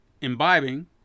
imbibing